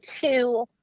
two